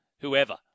whoever